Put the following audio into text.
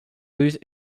lose